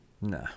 Nah